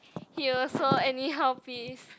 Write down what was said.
he also anyhow piss